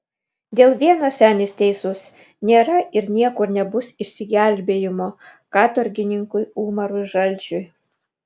dėl vieno senis teisus nėra ir niekur nebus išsigelbėjimo katorgininkui umarui žalčiui